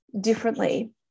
differently